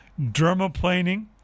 dermaplaning